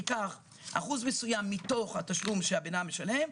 אחוז מסוים מתוך התשלום שאדם משלם,